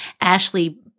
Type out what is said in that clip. Ashley